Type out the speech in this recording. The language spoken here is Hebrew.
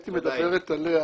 שאתי מדברת עליה